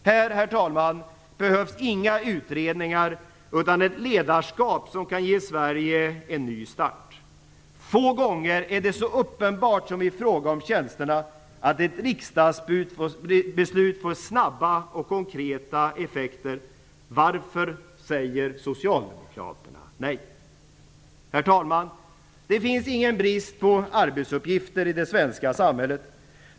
Här, herr talman, behövs inga utredningar, utan ett ledarskap som kan ge Sverige en ny start. Få gånger är det så uppenbart som i fråga om tjänsterna att ett riksdagsbeslut får snabba och konkreta effekter. Varför säger socialdemokraterna nej? Herr talman! Det finns ingen brist på arbetsuppgifter i det svenska samhället.